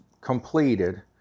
completed